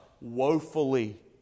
woefully